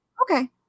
Okay